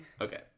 Okay